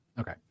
Okay